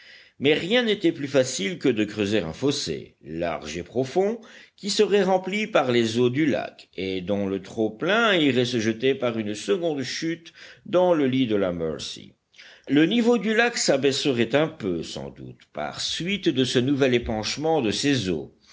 mais rien n'était plus facile que de creuser un fossé large et profond qui serait rempli par les eaux du lac et dont le trop-plein irait se jeter par une seconde chute dans le lit de la mercy le niveau du lac s'abaisserait un peu sans doute par suite de ce nouvel épanchement de ses eaux